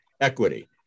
equity